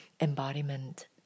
embodiment